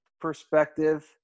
perspective